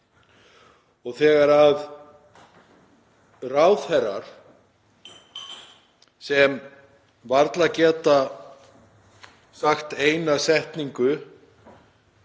Þegar ráðherrar sem varla geta sagt eina setningu